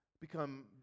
become